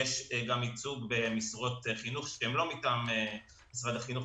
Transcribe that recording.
גם משרות חינוך שהן לא מטעם משרד החינוך,